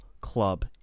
club